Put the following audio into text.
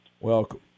Welcome